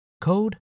code